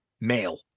male